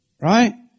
Right